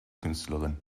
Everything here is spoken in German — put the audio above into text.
künstlerin